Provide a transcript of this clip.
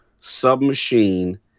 submachine